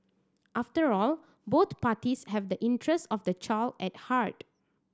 after all both parties have the interest of the child at heart